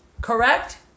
Correct